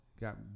Got